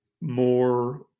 more